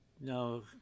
No